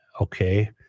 Okay